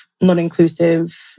non-inclusive